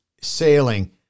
sailing